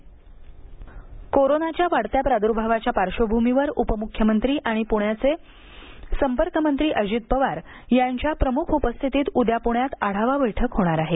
उपमुख्यमंत्री आढावा बैठक कोरोनाच्या वाढत्या प्रादूर्भावाच्या पार्श्वभूमीवर उपमुख्यमंत्री आणि पुण्याचे संपर्क मंत्री अजित पवार यांच्या प्रमुख उपस्थितीत उद्या पुण्यात आढावा बैठक होणार आहे